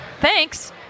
Thanks